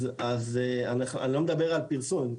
אני לא מדבר על פרסום,